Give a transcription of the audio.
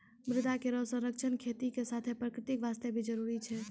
मृदा केरो संरक्षण खेती के साथें प्रकृति वास्ते भी जरूरी छै